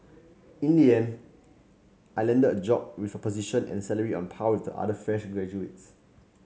in the end I landed the job and with position and salary on par with the other fresh graduates